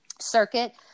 circuit